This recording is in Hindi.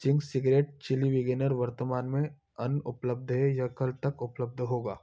चिंग्स सीग्रेट चिली विगेनर वर्तमान में अनुपलब्ध है यह कल तक उपलब्ध होगा